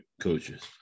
coaches